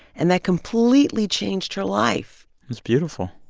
and that completely changed her life it's beautiful.